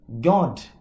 god